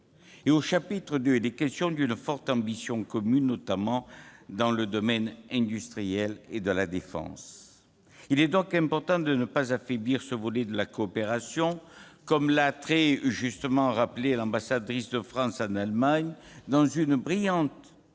? Au chapitre 2, il est question d'une forte ambition commune, notamment dans le domaine industriel de la défense. Il est donc important de ne pas affaiblir ce volet de la coopération, comme l'a très justement rappelé l'ambassadrice de France en Allemagne, dans une brillante tribune